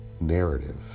narrative